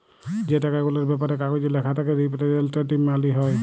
যে টাকা গুলার ব্যাপারে কাগজে ল্যাখা থ্যাকে রিপ্রেসেলট্যাটিভ মালি হ্যয়